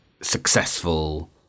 successful